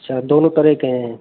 अच्छा दोनों तरह के हैं